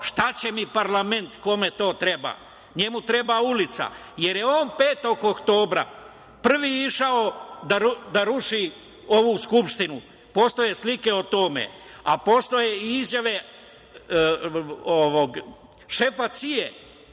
šta će mi parlament, kome to treba. Njemu treba ulica, jer je on 5. oktobra prvi išao da ruši ovu Skupštinu. Postoje slike o tome, a postoje i izjave šefa CIA